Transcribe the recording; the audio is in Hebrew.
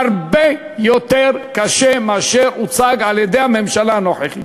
הרבה יותר קשה מאשר זה שהוצג על-ידי הממשלה הנוכחית.